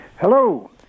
Hello